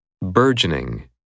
Burgeoning